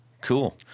cool